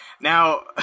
Now